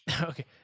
okay